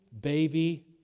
baby